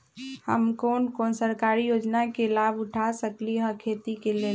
हम कोन कोन सरकारी योजना के लाभ उठा सकली ह खेती के लेल?